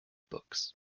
books